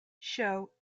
show